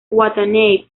watanabe